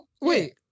wait